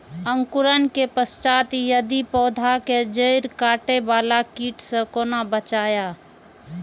अंकुरण के पश्चात यदि पोधा के जैड़ काटे बाला कीट से कोना बचाया?